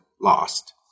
lost